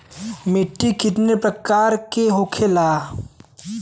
मिट्टी कितने प्रकार के होखेला?